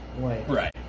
Right